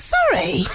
Sorry